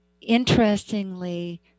interestingly